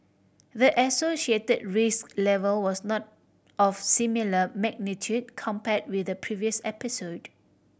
the associated risk level was not of similar magnitude compare with the previous episode